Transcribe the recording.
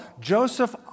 Joseph